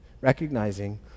Recognizing